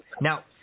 Now